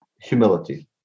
humility